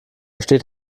steht